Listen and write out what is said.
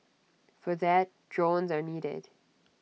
for that drones are needed